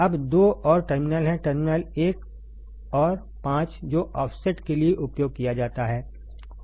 अब दो और टर्मिनल हैं टर्मिनल 1 और 5 जो ऑफसेट के लिए उपयोग किया जाता है